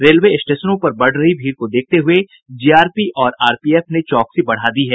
railway स्टेशनों पर बढ़ रही भीड़ को देखते हुये जीआरपी और आरपीएफ ने चौकसी बढ़ा दी है